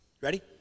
Ready